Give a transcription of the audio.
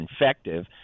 infective